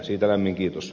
siitä lämmin kiitos